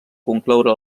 concloure